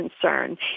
concern